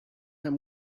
him